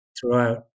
throughout